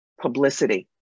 Publicity